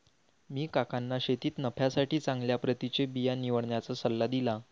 मी काकांना शेतीत नफ्यासाठी चांगल्या प्रतीचे बिया निवडण्याचा सल्ला दिला